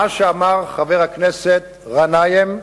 מה שאמר חבר הכנסת גנאים,